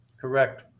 Correct